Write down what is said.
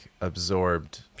absorbed